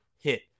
hit